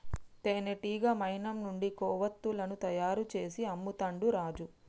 తేనెటీగ మైనం నుండి కొవ్వతులను తయారు చేసి అమ్ముతాండు రాజు